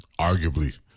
Arguably